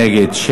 נגד,